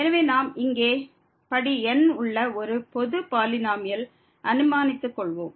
எனவே நாம் இங்கே படி n உள்ள ஒரு பொது பாலினோமியலை அனுமானித்து கொள்வோம்